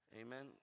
Amen